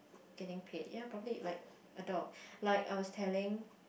getting paid ya probably like a dog like I was telling